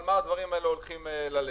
במה הדברים האלה הולכים להיות מושקעים.